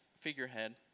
Figurehead